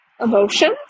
emotions